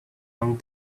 long